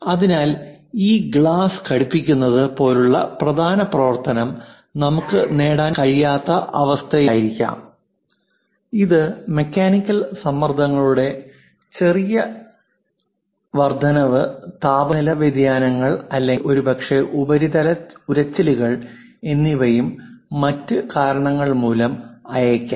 അതിനാൽ ഈ ഗ്ലാസ് ഉള്ളിൽ ഘടിപ്പിക്കുന്നത് പോലുള്ള പ്രധാന പ്രവർത്തനം നമുക്ക് നേടാൻ കഴിയാത്ത അവസ്ഥയിലായിരിക്കാം ഇത് മെക്കാനിക്കൽ സമ്മർദ്ദങ്ങളുടെ ചെറിയ വർദ്ധനവ് താപനില വ്യതിയാനങ്ങൾ അല്ലെങ്കിൽ ഒരുപക്ഷേ ഉപരിതല ഉരച്ചിലുകൾ എന്നിവയും മറ്റ് കാരണങ്ങൾ മൂലം ആയേക്കാം